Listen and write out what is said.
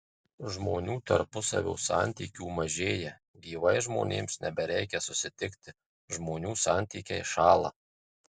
žmonių tarpusavio santykių mažėja gyvai žmonėms nebereikia susitikti žmonių santykiai šąla